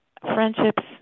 friendships